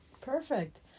Perfect